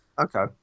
Okay